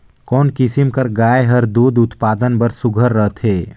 कोन किसम कर गाय हर दूध उत्पादन बर सुघ्घर रथे?